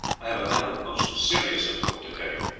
i have a matter of most serious import to tell you.